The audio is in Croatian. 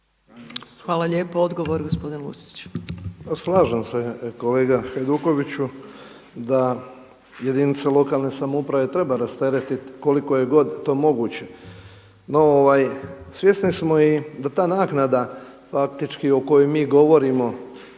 Hvala lijepa. Odgovor, gospodin Lucić.